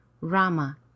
Rama